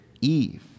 Eve